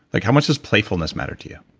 like how much does playfulness matter to you?